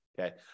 Okay